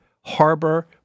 Harbor